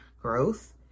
growth